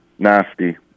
nasty